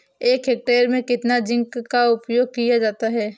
एक हेक्टेयर में कितना जिंक का उपयोग किया जाता है?